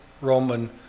Roman